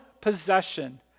possession